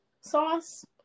sauce